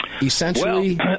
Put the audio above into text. Essentially